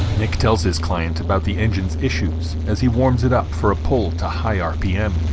nick tells his client about the engines issues as he warms it up for a pull to high rpms